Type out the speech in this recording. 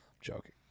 joking